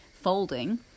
folding